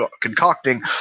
concocting